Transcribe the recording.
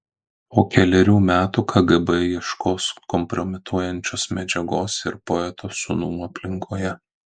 po kelerių metų kgb ieškos kompromituojančios medžiagos ir poeto sūnų aplinkoje